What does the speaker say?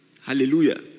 Hallelujah